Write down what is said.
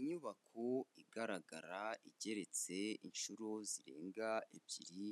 Inyubako igaragara igereretse inshuro zirenga ebyiri,